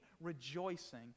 rejoicing